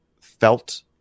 felt